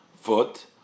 foot